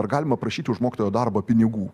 ar galima prašyti už mokytojo darbą pinigų